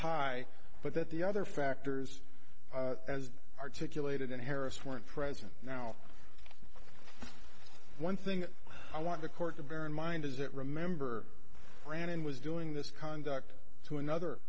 high but that the other factors as articulated and harris weren't present now one thing i want the court to bear in mind is that remember ran in was doing this conduct to another